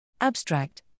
Abstract